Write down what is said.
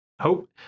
hope